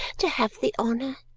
to have the honour!